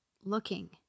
looking